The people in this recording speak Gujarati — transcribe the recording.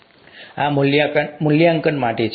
આ મૂલ્યાંકન માટે છે